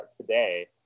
today